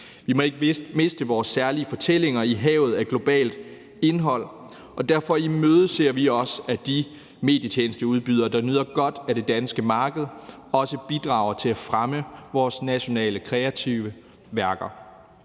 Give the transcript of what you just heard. Vi må ikke miste vores særlige fortællinger i havet af globalt indhold, og derfor imødeser vi også, at de medietjenesteudbydere, der nyder godt af det danske marked, bidrager til at fremme vores nationale kreative værker.